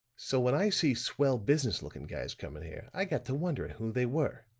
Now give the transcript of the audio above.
so when i see swell business looking guys coming here i got to wondering who they were.